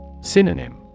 Synonym